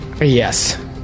Yes